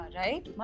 right